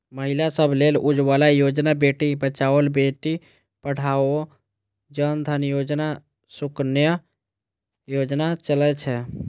महिला सभ लेल उज्ज्वला योजना, बेटी बचाओ बेटी पढ़ाओ, जन धन योजना, सुकन्या योजना चलै छै